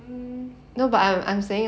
mm